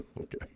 Okay